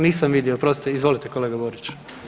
Nisam vidio, oprostite, izvolite kolega Borić.